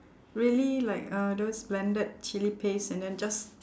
really like uh those blended chilli paste and then just